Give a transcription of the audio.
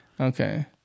Okay